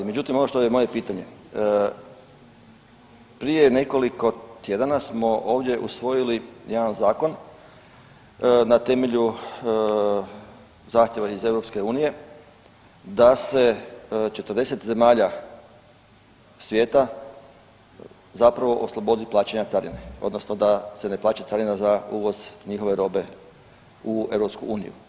Međutim, ono što je moje pitanje, prije nekoliko tjedana smo ovdje usvojili jedan zakon na temelju zahtjeva iz EU da se 40 zemalja svijeta zapravo oslobodi plaćanja carine odnosno da se ne plaća carina za uvoz njihove robe u EU.